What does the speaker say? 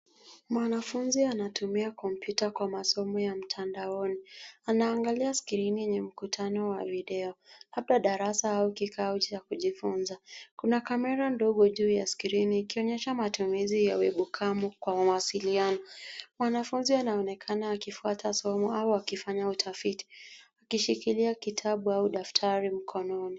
Mwanafunzi anatumia kopyuta kwa masomo ya mtandaoni, anaangalia scrini kwenye mkutano wa video labda darasa au kikao cha kujifunza. Kuna kamera dogo juu ya scrini ikionyesha matumizi ya uwebukamo kwa mawasiliano. Mwanafunzi anaonekana akifuata somo au akifanya utafiti akishikilia kitabu au daftari mkononi.